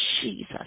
Jesus